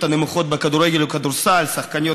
בבקשה, אדוני,